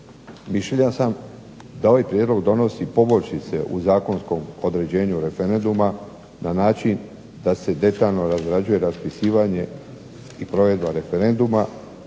Mišljenja sam da ovaj Prijedlog donosi poboljšice u zakonskom određenju referenduma na način da se detaljno razrađuje raspisivanje i provedba referenduma,